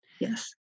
Yes